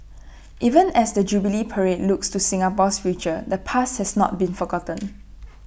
even as the jubilee parade looks to Singapore's future the past has not been forgotten